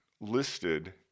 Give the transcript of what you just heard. listed